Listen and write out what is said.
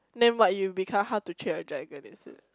then what you become How-to-Train-Your-Dragon is it